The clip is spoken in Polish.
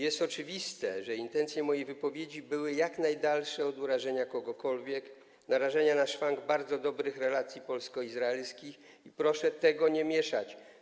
Jest oczywiste, że intencje mojej wypowiedzi były jak najdalsze od urażenia kogokolwiek, narażenia na szwank bardzo dobrych relacji polsko-izraelskich i proszę tego nie mieszać.